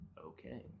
okay